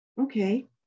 Okay